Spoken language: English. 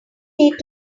need